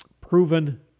proven